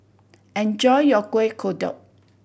enjoy your Kueh Kodok